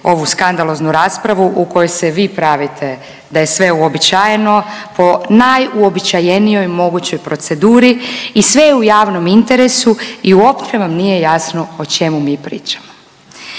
ovu skandaloznu raspravu u kojoj se vi pravite da je sve uobičajeno po najuobičajenijoj mogućoj proceduri i sve je u javnom interesu i uopće vam nije jasno o čemu mi pričamo.